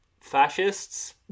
fascists